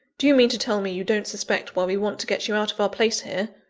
do you mean to tell me you don't suspect why we want to get you out of our place here?